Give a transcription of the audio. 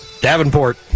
Davenport